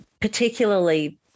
particularly